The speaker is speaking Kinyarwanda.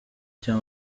cya